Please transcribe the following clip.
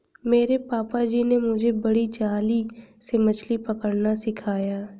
मेरे पापा जी ने मुझे बड़ी जाली से मछली पकड़ना सिखाया